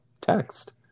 text